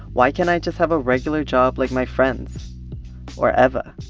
why can't i just have a regular job like my friends or eva?